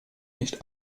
nicht